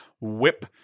whip